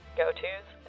go-to's